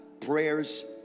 prayers